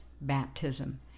baptism